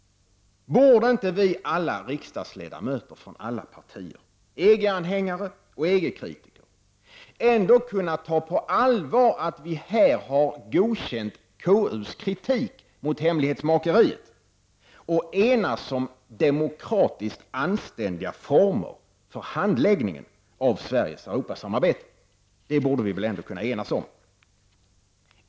Borde inte vi riksdagsledamöter från alla partier -- såväl EG-anhängare som EG-kritiker -- ändå kunna ta på allvar att vi här har godkänt KUs kritik mot hemlighetsmakeriet, och borde vi inte kunna enas om demokratiskt anständiga former för handläggningen av Sveriges Europasamarbete? Det borde vi väl ändå kunna enas om.